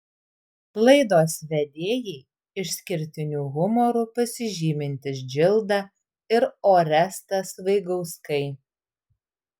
laidos vedėjai išskirtiniu humoru pasižymintys džilda ir orestas vaigauskai